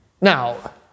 Now